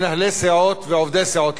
מנהלי סיעות ועובדי סיעות,